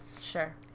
sure